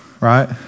Right